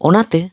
ᱚᱱᱟ ᱛᱮ